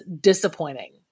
disappointing